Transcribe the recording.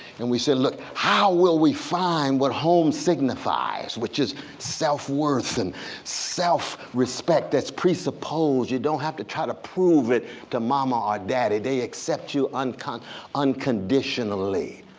and we said look, how will we find what home signifies? which is self-worth and self-respect. let's pre-suppose you don't have to try to prove it to mama or daddy? they accept you and unconditionally.